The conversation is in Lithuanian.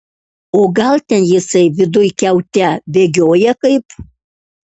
o gal ten jisai viduj kiaute bėgioja kaip